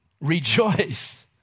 rejoice